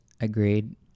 Agreed